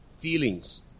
feelings